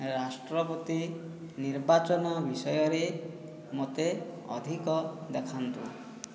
ରାଷ୍ଟ୍ରପତି ନିର୍ବାଚନ ବିଷୟରେ ମୋତେ ଅଧିକ ଦେଖାନ୍ତୁ